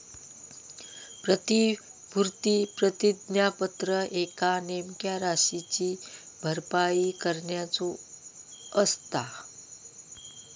प्रतिभूती प्रतिज्ञापत्र एका नेमक्या राशीची भरपाई करण्याचो असता